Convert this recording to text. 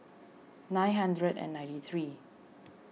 nine hundred and ninety three